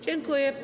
Dziękuję.